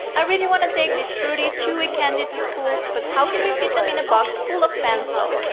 i really want to take these fruity chewy candy to school but how can we fit them in a box full of pencils!